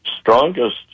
strongest